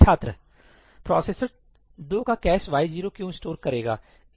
छात्र प्रोसेसर 2 का cache y 0 क्यों स्टोर करेगा